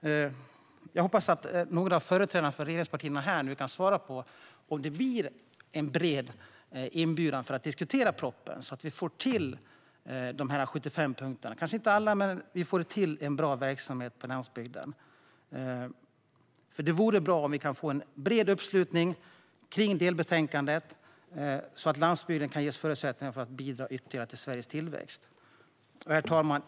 Jag hoppas att några av företrädarna för regeringspartierna här kan svara på om det blir en bred inbjudan att diskutera propositionen, så att vi får till dessa 75 punkter. Det kanske inte blir alla, men vi hoppas kunna få till en bra verksamhet på landsbygden. Det vore bra om vi kunde få en bred uppslutning kring delbetänkandet så att landsbygden kan ges förutsättningar att bidra ytterligare till Sveriges tillväxt. Herr talman!